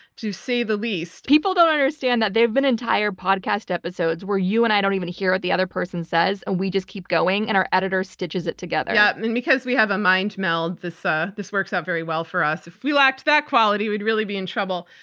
to say the least. people don't understand that there have been entire podcast episodes where you and i don't even hear what the other person says, and we just keep going, and our editor stitches it together. yeah, and and because we have a mindmeld, this ah this works out very well for us. if we lacked that quality, we'd really be in trouble.